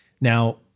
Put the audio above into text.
Now